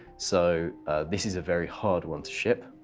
so this is a very hard one to ship,